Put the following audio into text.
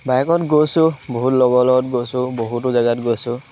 বাইকত গৈছোঁ বহুত লগৰ লগত গৈছোঁ বহুতো জেগাত গৈছোঁ